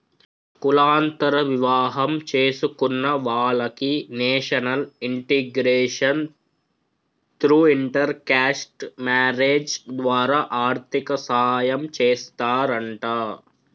కులాంతర వివాహం చేసుకున్న వాలకి national integration through inter caste marriage ద్వారా ఆర్థిక సాయం చేస్తారంట